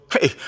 Hey